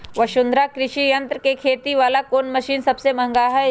वसुंधरा कृषि यंत्र के खेती वाला कोन मशीन सबसे महंगा हई?